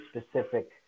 specific